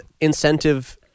incentive